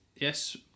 yes